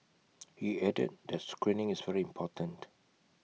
he added that screening is very important